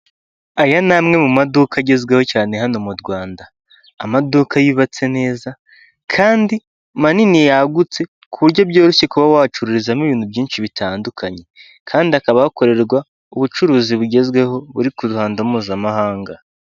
Aya ni amwe mu maduka agezweho cyane hano mu Rwanda ,amaduka yubatse neza kandi manini yagutse ku buryo byoroshye kuba wacururizamo ibintu byinshi bitandukanye kandi hakaba hakorerwa ubucuruzi bugezweho buri ku ruhando mpuzamahanga.